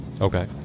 Okay